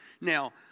Now